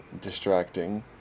distracting